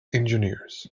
engineers